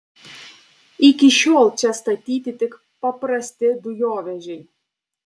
iki šiol čia statyti tik paprasti dujovežiai